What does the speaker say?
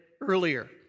earlier